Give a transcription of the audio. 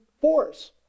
force